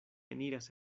eniras